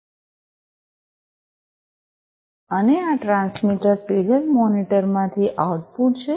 અને આ transmitter serial મોનિટરમાંથી આઉટપુટ છે